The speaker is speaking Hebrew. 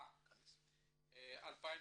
הבאה 2020-2019,